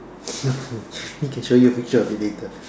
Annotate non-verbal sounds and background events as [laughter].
[laughs] then can show you a picture of it later